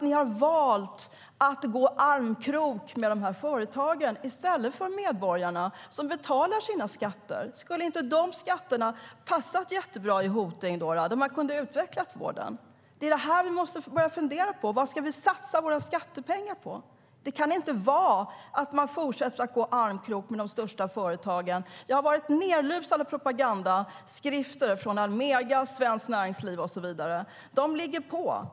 Ni har valt att gå armkrok med företagen i stället för medborgarna som betalar sina skatter. Skulle inte de skatterna ha passat jättebra i Hoting så att man kunnat utveckla vården? Det är vad vi måste börja fundera på. Vad ska vi satsa våra skattepengar på? Det kan inte vara att man fortsätter att gå armkrok med de största företagen. Jag har varit nedlusad med propagandaskrifter från Almega, Svenskt Näringsliv och så vidare. De ligger på.